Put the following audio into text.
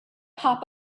pop